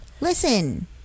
listen